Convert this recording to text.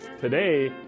today